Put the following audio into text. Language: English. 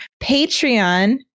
patreon